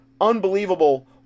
unbelievable